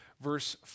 verse